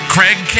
Craig